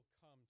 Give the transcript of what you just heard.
come